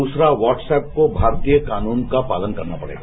दूसरा वाह्टसअप को भारतीय कानून का पालन करना पड़ेगा